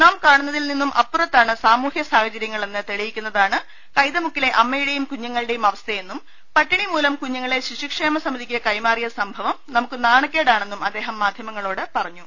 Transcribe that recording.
നാം കാണുന്നതിൽ നിന്നും അപ്പുറത്താണ് സാമൂഹ്യ സാഹചര്യങ്ങളെന്ന് തെളിയിക്കുന്നതാണ് കൈതമു ക്കിലെ അമ്മയുടെയും കുഞ്ഞുങ്ങളുടെയും അവസ്ഥയെന്നും പട്ടിണി മൂലം കുഞ്ഞുങ്ങളെ ശിശുക്ഷേമ സമിതിക്ക് കൈമാറിയ സംഭവം നമുക്ക് നാണക്കേടാണെന്നും അദ്ദേഹം മാധ്യമങ്ങളോട് പറഞ്ഞു